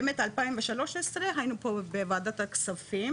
באמת ב-2013 היינו פה בוועדת הכספים